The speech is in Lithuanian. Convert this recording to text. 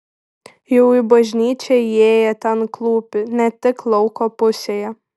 jau į bažnyčią įėję ten klūpi ne tik lauko pusėje